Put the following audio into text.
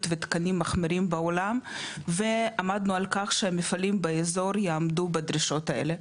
ותקנים מחמירים בעולם ועמדנו על כך שהמפעלים באזור יעמדו בדרישות האלה.